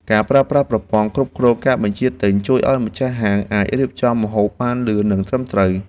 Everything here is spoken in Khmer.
ការប្រើប្រាស់ប្រព័ន្ធគ្រប់គ្រងការបញ្ជាទិញជួយឱ្យម្ចាស់ហាងអាចរៀបចំម្ហូបបានលឿននិងត្រឹមត្រូវ។